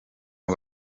aba